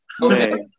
Okay